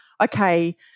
okay